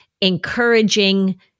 encouraging